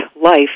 life